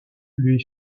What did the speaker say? lui